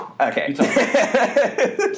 Okay